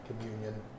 communion